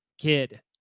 kid